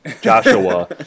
Joshua